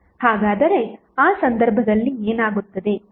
ಹಾಗಾದರೆ ಆ ಸಂದರ್ಭದಲ್ಲಿ ಏನಾಗುತ್ತದೆ